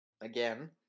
again